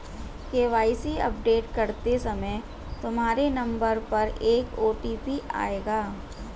KYC update करते समय तुम्हारे नंबर पर एक ओ.टी.पी आएगा